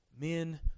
men